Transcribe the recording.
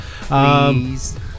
Please